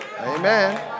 Amen